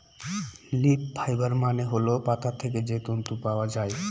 leaf fibre মানে হল পাতা থেকে যে তন্তু পাওয়া যায়